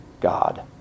God